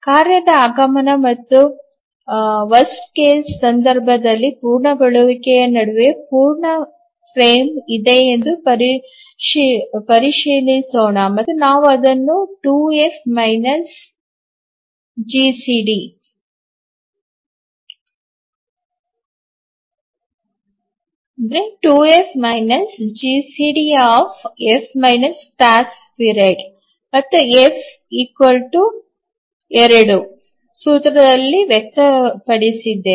ಕಾರ್ಯದ ಆಗಮನ ಮತ್ತು ಕೆಟ್ಟ ಸಂದರ್ಭದಲ್ಲಿ ಪೂರ್ಣಗೊಳ್ಳುವಿಕೆಯ ನಡುವೆ ಪೂರ್ಣ ಫ್ರೇಮ್ ಇದೆಯೇ ಎಂದು ಪರಿಶೀಲಿಸೋಣ ಮತ್ತು ನಾವು ಅದನ್ನು 2F ಜಿಸಿಡಿ ಎಫ್ ಕಾರ್ಯ ಅವಧಿ 2F GCDF task period ಮತ್ತು ಎಫ್ 2 ಸೂತ್ರದಲ್ಲಿ ವ್ಯಕ್ತಪಡಿಸಿದ್ದೇವೆ